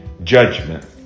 Judgment